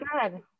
God